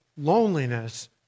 loneliness